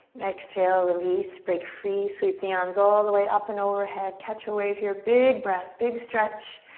exhale, release, break free. sweep the arms all the way up and overhead. catch a wave here. big breath, big stretch.